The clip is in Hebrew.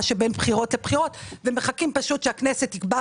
שבין בחירות לבחירות ומחכים פשוט שהכנסת תקבע מועד.